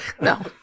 No